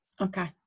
okay